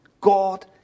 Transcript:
God